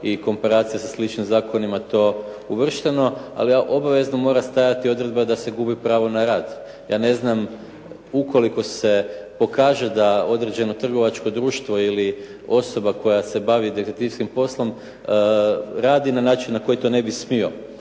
i komparacija sa sličnim zakonima to uvršteno, ali ja obavezno mora stajati odredba da se gubi pravo na rad. Ja ne znam, ukoliko se pokaže da određeno trgovačko društvo ili osoba koja se bavi detektivskim poslom radi na način na koji to ne bi smio,